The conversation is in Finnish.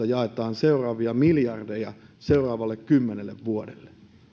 jaetaan seuraavia miljardeja seuraavalle kymmenelle vuodelle